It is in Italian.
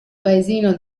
paesino